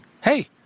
Hey